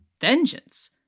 Vengeance